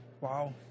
Wow